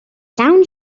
llawn